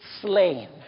slain